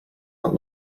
not